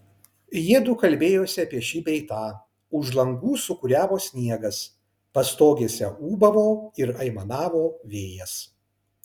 jiedu kalbėjosi apie šį bei tą už langų sūkuriavo sniegas pastogėse ūbavo ir aimanavo vėjas